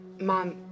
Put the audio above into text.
Mom